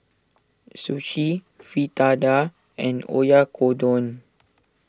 Sushi Fritada and Oyakodon